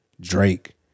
Drake